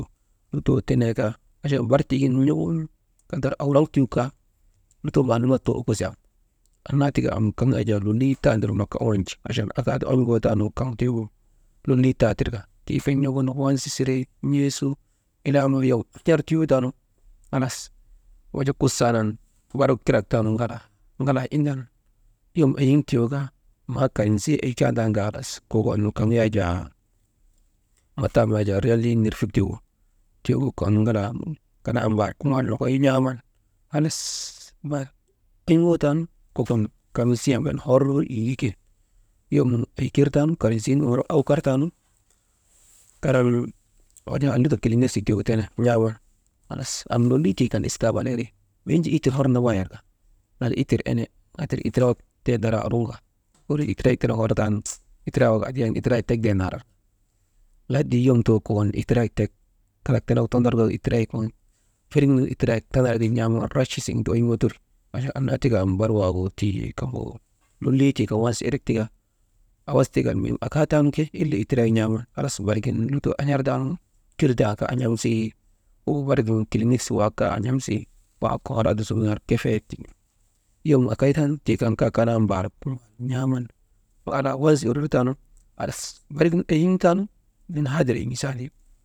Lutoo tenee kaa, achan barik tiigin n̰ogun achan awuraŋ tiigunu gu kaa, lutoo maalumat too ukosi am, annaa tika am kaŋ lolii taa nirndak oŋndi, achan akaati on̰ŋoo taanu, tiigu lolii taa tirka, n̰oŋun wansa sire, n̰ee suu, ilaamaa wey in̰ar tiyoo taanu, halas wuja kusaanan, bari gu kirak taanu ŋalaa, indan yom eyiŋ tuyoo kaa maa karn̰isii owuyandaa kan kokon, kaŋ yak jaa, mataam ya jaa riyalii nirfik tiigu, tigu kokon ŋalaa mbar, kuŋaal mokoy n̰aaman halas ayŋootan nu kokon karn̰isii embee nu hor yiken yom erker taanu karn̰isin, hor awkartaa nu karan wujaa wey lutok kilnksikt iigu tene. Am lolii tiigu istaanal ire weyin jaa itir hor nambay arka, lala itir ene aatir ka itiraayek wak daraa oroŋka kolii itirayek tenegu hortaanu itiraak tek dee nar. Lahadi yom too tii yom too kokon kalak tenegu tondorka ka, itirayek waŋ feriŋ ner itiraayek tanaka n̰aamaan racha siŋen ti ayiŋo teri. Acham annati bar waagu tii kaŋ gu lolii tiikan wirek tika, awas tika mii akaataanu, ke ile itirayek n̰aaman, halas barigin lutoo, an̰artaanu, kir da kaa an̰am sii, huu barda kilineksik wak kaa an̰an sii, bahak gu kaa aasuŋun subu ner kefeyet tiŋ yon tomduucha, tii kan kaa. Yom akay taanu amkan kaa karaa mbarr n̰aaman ŋalaa wansi wirer taanu halas barigib ayiŋ taanu halas.